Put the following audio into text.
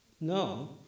No